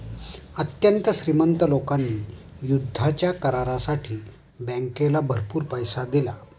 अत्यंत श्रीमंत लोकांनी युद्धाच्या करारासाठी बँकेला भरपूर पैसा दिला